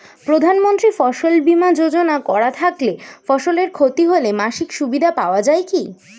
প্রধানমন্ত্রী ফসল বীমা যোজনা করা থাকলে ফসলের ক্ষতি হলে মাসিক সুবিধা পাওয়া য়ায় কি?